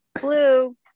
Blue